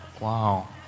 Wow